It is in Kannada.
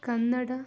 ಕನ್ನಡ